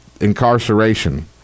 incarceration